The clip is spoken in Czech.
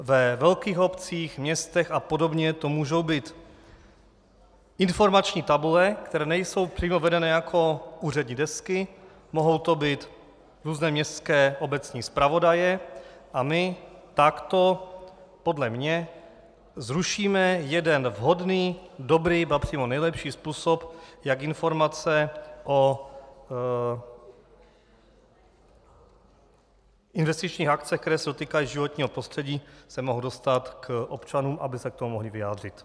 Ve velkých obcích, městech apod. to můžou být informační tabule, které nejsou přímo vedené jako úřední desky, mohou to být různé městské obecní zpravodaje, a my takto podle mě zrušíme jeden vhodný, dobrý, ba přímo nejlepší způsob, jak informace o investičních akcích, které se týkají životního prostředí, se mohou dostat k občanům, aby se k tomu mohli vyjádřit.